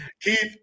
Keith